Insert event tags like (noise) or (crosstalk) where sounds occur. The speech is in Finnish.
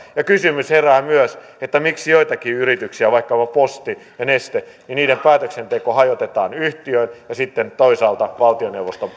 kysymys herää myös miksi joidenkin yritysten vaikkapa posti ja neste päätöksenteko hajotetaan yhtiön ja sitten toisaalta valtioneuvoston (unintelligible)